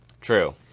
True